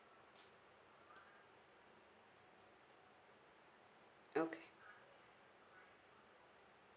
okay